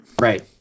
Right